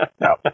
No